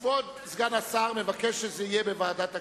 כבוד סגן השר מבקש שזה יהיה בוועדת הכספים.